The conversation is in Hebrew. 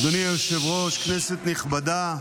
אדוני היושב-ראש, כנסת נכבדה,